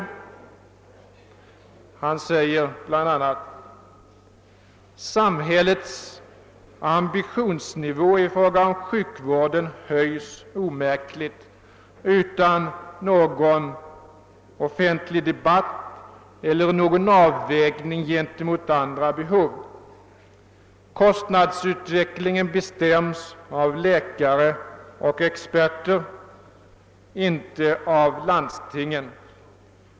Denne framhåller bl.a. följande: i >Samhällets ambitionsnivå i fråga om sjukvården höjs omärkligt, utan någon offentlig debatt eller någon avvägning gentemot andra behov... Kostnadsutvecklingen bestäms av läkare och experter, inte av landstingen.